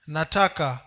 Nataka